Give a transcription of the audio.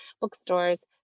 bookstores